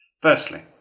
Firstly